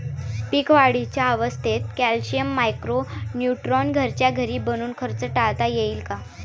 पीक वाढीच्या अवस्थेत calcium, micro neutron घरच्या घरी बनवून खर्च टाळता येईल का?